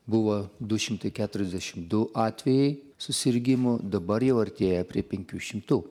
buvo du šimtai keturiasdešim du atvejai susirgimų dabar jau artėja prie penkių šimtų